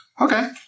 Okay